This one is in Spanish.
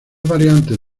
variantes